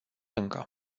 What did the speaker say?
încă